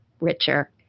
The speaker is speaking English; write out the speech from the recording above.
richer